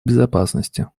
безопасности